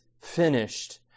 finished